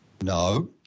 No